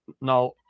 Now